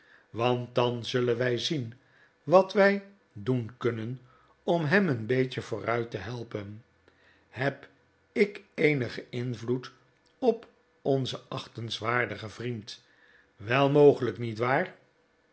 want dan zullen wij zien wat wij doen kunnen om hem een beetje vooruit te helpen he b ik eenigen invloed op onzen achtenswaardigen vriend wel mogelijk niet waar